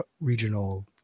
regional